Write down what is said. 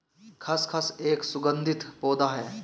खसखस एक सुगंधित पौधा है